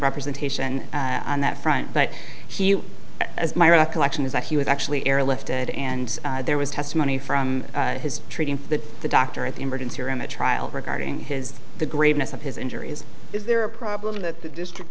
representation on that front but he has my recollection is that he was actually airlifted and there was testimony from his treating the the doctor at the emergency room at trial regarding his the greatness of his injuries is there a problem that the district